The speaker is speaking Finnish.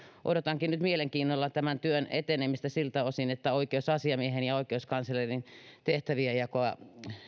odotankin nyt mielenkiinnolla tämän työn etenemistä siltä osin että oikeusasiamiehen ja oikeuskanslerin tehtävienjakoa